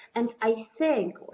and i think,